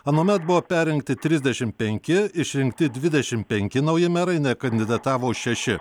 anuomet buvo perrinkti trisdešim penki išrinkti dvidešim penki nauji merai nekandidatavo šeši